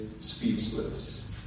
speechless